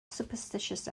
superstitious